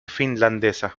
finlandesa